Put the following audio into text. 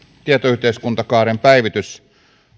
tietoyhteiskuntakaaren päivitys